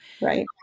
right